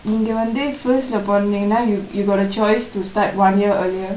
நீங்க வந்து:neengka vanthu first பொரந்திங்கனா:poranthingkanaa you got a choice to start one year earlier